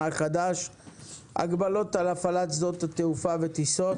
החדש (הוראת שעה) (הגבלות על הפעלת שדות תעופה וטיסות)